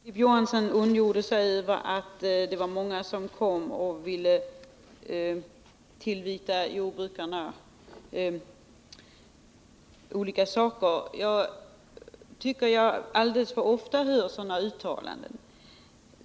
Herr talman! Filip Johansson ondgjorde sig över att det var många som ville tillvita jordbrukarna olika saker. Jag tycker att jag alldeles för ofta hör sådana uttalanden.